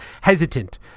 hesitant